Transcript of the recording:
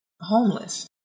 homeless